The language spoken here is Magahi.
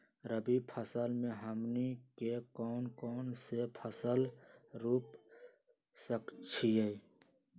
रबी फसल में हमनी के कौन कौन से फसल रूप सकैछि?